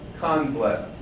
conflict